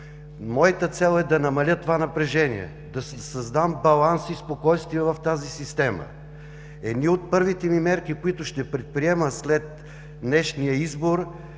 Моята цел е да намаля това напрежение, да създам баланс и спокойствие в тази система. Една от първите мерки, които ще предприема след днешния избор,